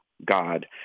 God